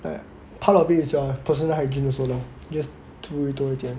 like part of it is your personal hygiene also lor just do 多一点